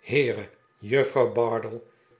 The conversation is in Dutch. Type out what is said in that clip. heere juffrouw bardell